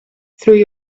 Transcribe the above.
through